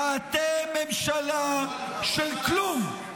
--- אתם ממשלה של כלום,